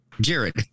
Jared